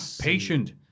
patient